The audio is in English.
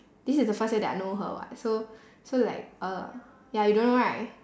this is the first year that I know her [what] so so like uh ya you don't know right